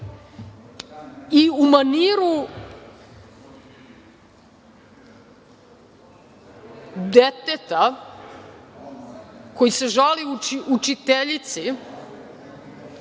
i u maniru deteta koji se žali učiteljici,